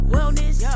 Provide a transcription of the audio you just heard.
Wellness